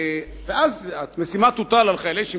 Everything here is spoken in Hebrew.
ואז המשימה תוטל על חיילי שמשון,